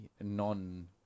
non